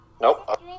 Nope